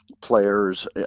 players